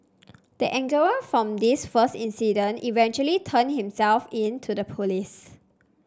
the angler from this first incident eventually turned himself in to the police